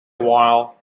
while